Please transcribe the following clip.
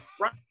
Right